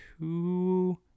two